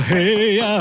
Hey